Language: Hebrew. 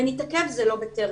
ונתעכב זה לא "בטרם",